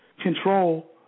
control